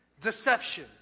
deception